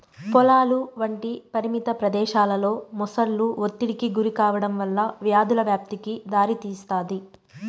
పొలాలు వంటి పరిమిత ప్రదేశాలలో మొసళ్ళు ఒత్తిడికి గురికావడం వల్ల వ్యాధుల వ్యాప్తికి దారితీస్తాది